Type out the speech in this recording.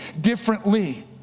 differently